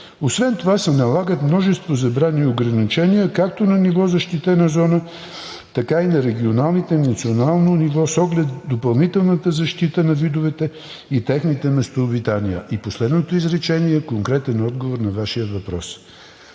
Освен това се налагат множество забрани и ограничения както на ниво защитена зона, така и на регионалните на национално ниво с оглед допълнителната защита на видовете и техните местообитания. И последното изречение е конкретен отговор на Вашия въпрос,